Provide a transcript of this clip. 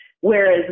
Whereas